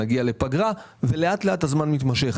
נגיע לפגרה ולאט לאט הזמן מתמשך.